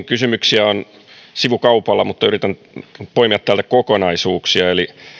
kysymyksiä on sivukaupalla mutta yritän poimia täältä kokonaisuuksia